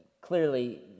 Clearly